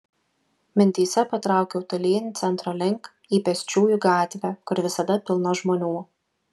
mintyse patraukiau tolyn centro link į pėsčiųjų gatvę kur visada pilna žmonių